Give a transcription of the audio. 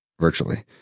virtually